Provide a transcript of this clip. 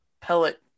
pellet